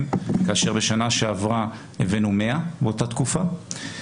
כאשר בשנה שעברה הבאנו 100 באותה תקופה.